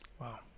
Wow